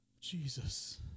Jesus